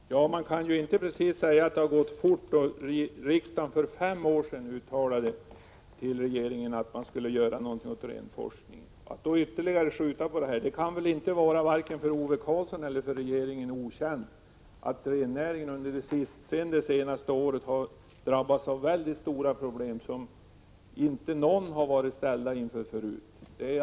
Fru talman! Man kan inte precis säga att det har gått fort. För fem år sedan gjorde riksdagen ett uttalande till regeringen att man skulle göra någonting åt renforskningen, och nu skjuter man ytterligare på det! Det kan väl inte vara okänt för vare sig Ove Karlsson eller regeringen att rennäringen under det senaste året har drabbats av mycket stora problem som inte någon har varit ställd inför förut.